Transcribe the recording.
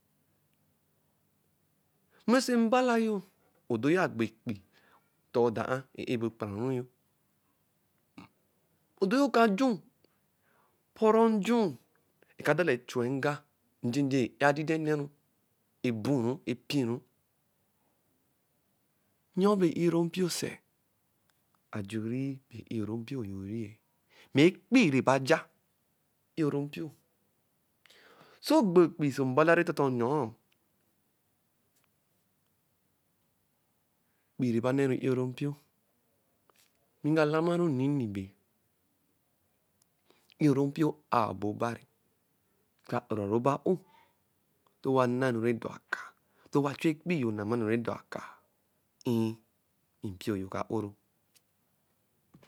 Mɛ ɔsɔ mbala yo, odo-yo agbo ekpii ɔtɔɔdɔ-a, ẹ-e bɛ okpuraru yo? Odo yo eka ju ɛpɔrɔ nju, eka dala echu-e nga nje-je e-e adidɛn eneru, eburu, epi-ru, ayɔɔ bɛ i-o-ro mpio sɛ? Ajuri bɛ i-o-ro mpio yo ri-ɛ, mɛ ekpii nɛba ja i-o-ro mpio. Sɛ ogbo ekpii ɔsɔ mbala rɛ tɔtɔ nnɔɔ ekpii nɛba nɛ ru i-o-ro mpip. Ni ga lamaru nnini bẹ i-o-ro mpio a-ɔbɔ oban. Eska a’ra tu ɔbɔ a-o ntɔ owa na-enu rɛ dɔ aka-a. Tɔ owa chu ekpii yo nama enu rɛ ɛdɔ akaa, err mpio yo ka oro.